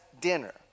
dinner